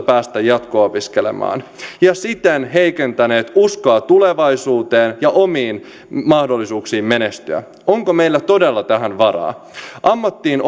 päästä jatko opiskelemaan ja siten heikentäneet uskoa tulevaisuuteen ja omiin mahdollisuuksiin menestyä onko meillä todella tähän varaa ammattiin